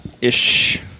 Ish